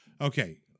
Okay